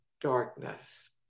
darkness